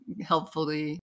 helpfully